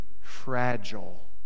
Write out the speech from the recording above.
fragile